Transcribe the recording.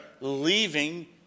leaving